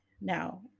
Now